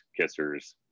kissers